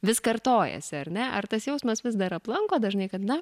vis kartojasi ar ne ar tas jausmas vis dar aplanko dažnai kad na